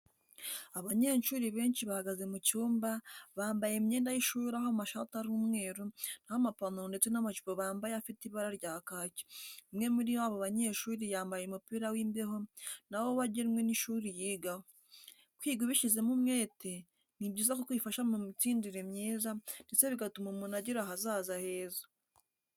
Abanyeshuri benshi bahagaze mu cyumba, bampaye imyenda y'ishuri aho amashati ari umweru na ho amapantaro ndetse n'amajipo bambaye afite ibara rya kaki, umwe muri abo banyeshuri yambaye umupira w'imbeho na wo wagenwe n'ishuri yigaho. Kwiga ubishyizemo umwete ni byiza kuko bifasha mu mitsindire myiza ndetse bigatuma umuntu agira ahazaza heza.